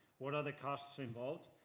what are the costs involved?